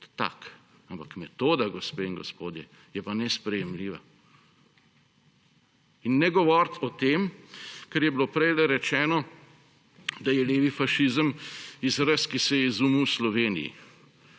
tak, ampak metoda, gospe in gospodje, je pa nesprejemljiva. In ne govoriti o tem, kar je bilo prejle rečeno, da je levi fašizem izraz, ki se je izumil v Sloveniji.